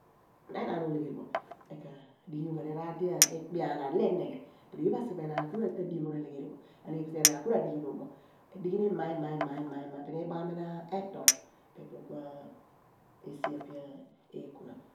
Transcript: Na enaan u/legheri bo mi ka dighujugh aam raar di ikpe anaan, lo inighe but oye asighe bo enaan ku ra diemom ghom r'alegheri bo ku asighe bo olegheri iyaar enaan ku radighi nom bo ra dighi ni ima, ima ima i/baghami re/tol ku tutu esi epe eekuna pho.